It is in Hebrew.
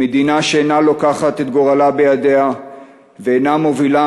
למדינה שאינה לוקחת את גורלה בידיה ואינה מובילה